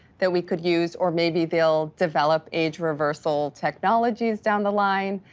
that we could use, or maybe they'll develop age reversal technologies down the line.